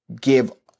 give